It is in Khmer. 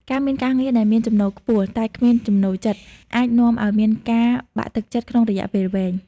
ការមានការងារដែលមានចំណូលខ្ពស់ តែគ្មានចំណូលចិត្ត អាចនាំឱ្យមានការបាក់ទឹកចិត្តក្នុងរយៈពេលវែង។